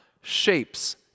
shapes